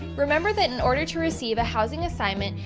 remember that in order to receive a housing assignment,